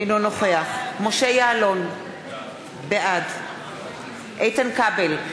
אינו נוכח משה יעלון, בעד איתן כבל,